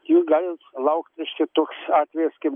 jūs galit laukt reiškia toks atvejis kaip